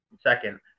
second